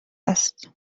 است